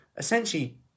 Essentially